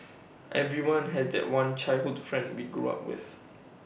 everyone has that one childhood friend we grew up with